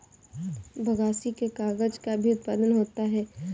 बगासी से कागज़ का भी उत्पादन होता है